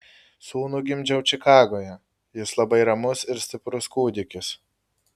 sūnų gimdžiau čikagoje jis labai ramus ir stiprus kūdikis